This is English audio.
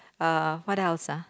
uh what else ah